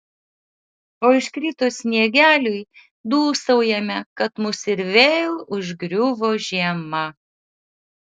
o iškritus sniegeliui dūsaujame kad mus ir vėl užgriuvo žiema